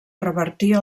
revertir